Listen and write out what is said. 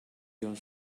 your